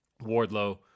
Wardlow